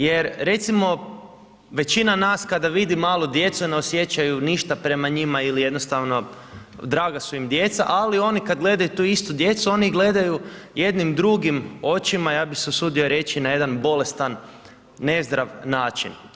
Jer recimo većina nas kada vidi malu djecu ne osjećaju ništa prema njima ili jednostavno draga su im djeca, ali oni kada gledaju tu istu djecu oni ih gledaju jednim drugim očima, ja bih se usudio reći na jedan bolestan, nezdrav način.